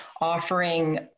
offering